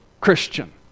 Christian